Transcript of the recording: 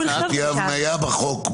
ההצעה תהיה הבניה בחוק,